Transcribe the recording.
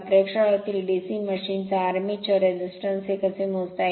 प्रयोगशाळेतील DC machine चा armature resistance हे कसे मोजता येईल